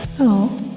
Hello